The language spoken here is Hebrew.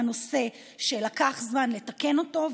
זה היה נושא שלקח זמן לתקן אותו,